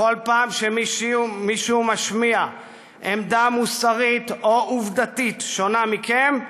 בכל פעם שמישהו משמיע עמדה מוסרית או עובדתית שונה מכם,